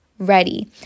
ready